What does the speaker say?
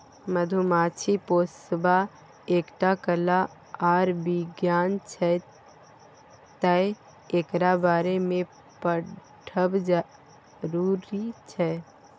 मधुमाछी पोसब एकटा कला आर बिज्ञान छै तैं एकरा बारे मे पढ़ब जरुरी छै